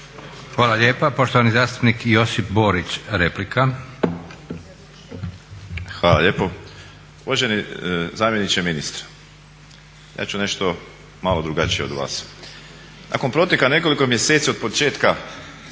Hvala lijepa. Poštovani zastupnik Josip Borić, replika. **Borić, Josip (HDZ)** Hvala lijepo. Uvaženi zamjeniče ministra, ja ću nešto malo drugačije od vas. Nakon proteka nekoliko mjeseci od početka